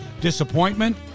Disappointment